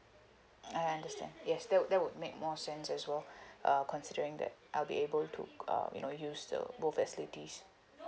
I understand yes that would that would make more sense as well uh considering that I'll be able to uh you know use the both facilities